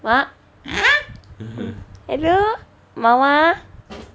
mak hello mama